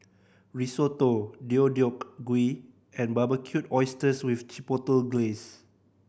Risotto Deodeok Gui and Barbecued Oysters with Chipotle Glaze